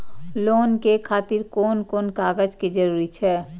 Loan के खातिर कोन कोन कागज के जरूरी छै?